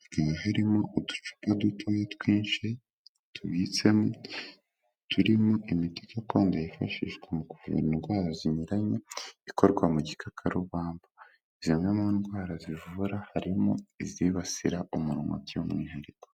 hakaba harimo uducupa dutoya twinshi tubitsemo turimo imiti gakondo yifashishwa mura indwara zinyuranye ikorwa mu gikakarubamba, zimwe mu ndwara zivura harimo izibasira umunwa by'umwihariko.